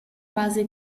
base